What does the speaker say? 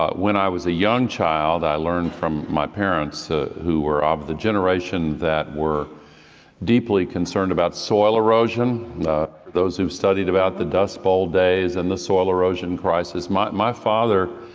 ah when i was a young child i learned from my parents who were of the generation that were deeply concerned about soil erosion, those who studied about the dust bowl days and the soil erosion crisis. my my father,